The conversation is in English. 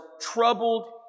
troubled